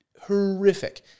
horrific